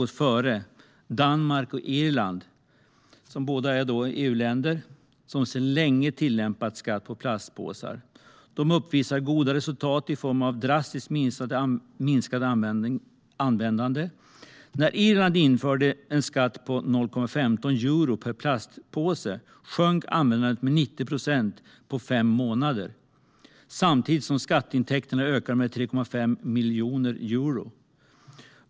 Det är Danmark och Irland, som båda är EU-länder. Dessa länder har sedan länge tillämpat ett system med skatt på plastpåsar. De uppvisar goda resultat i form av en drastiskt minskad användning av plastpåsar. När Irland införde en skatt på 0,15 euro per plastpåse sjönk användningen med 90 procent på fem månader samtidigt som skatteintäkterna ökade med 3,5 miljoner euro.